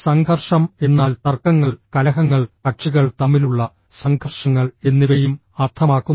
സംഘർഷം എന്നാൽ തർക്കങ്ങൾ കലഹങ്ങൾ കക്ഷികൾ തമ്മിലുള്ള സംഘർഷങ്ങൾ എന്നിവയും അർത്ഥമാക്കുന്നു